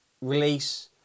release